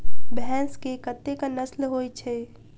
भैंस केँ कतेक नस्ल होइ छै?